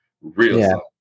Real